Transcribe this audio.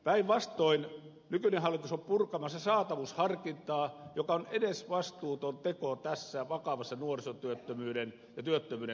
päinvastoin nykyinen hallitus on purkamassa saatavuusharkintaa mikä on edesvastuuton teko tässä vakavassa nuorisotyöttömyyden ja työttömyyden kasvun tilanteessa